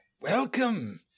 Welcome